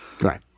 right